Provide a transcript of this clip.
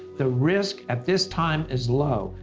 the risk at this time is low.